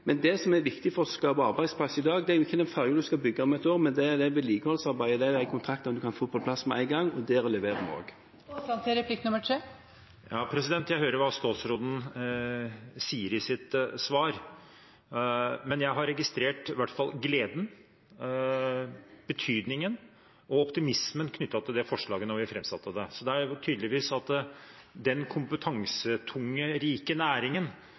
Det som er viktig for å skape arbeidsplasser i dag, er ikke den ferjen en skal bygge om et år, men det er vedlikeholdsarbeidet og kontraktene en kan få på plass med en gang. Der leverer vi også. Jeg hører hva statsråden sier i sitt svar. Men jeg registrerte i hvert fall gleden, betydningen og optimismen da vi framsatte dette forslaget. Det er tydelig at den kompetansetunge, rike næringen